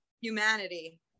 humanity